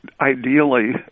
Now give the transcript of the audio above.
ideally